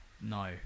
no